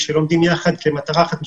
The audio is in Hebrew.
לומדים יחד, כמטרה אחת משותפת,